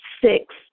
Six